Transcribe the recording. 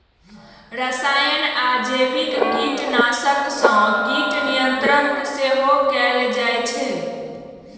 रसायन आ जैविक कीटनाशक सं कीट नियंत्रण सेहो कैल जाइ छै